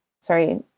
Sorry